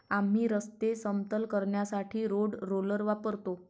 आम्ही रस्ते समतल करण्यासाठी रोड रोलर वापरतो